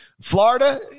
Florida